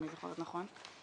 אם אני זוכרת נכון,